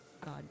god